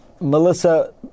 Melissa